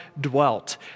dwelt